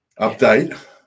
Update